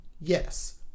yes